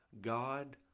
God